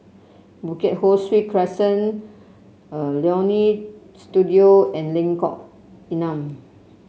Bukit Ho Swee Crescent Leonie Studio and Lengkok Enam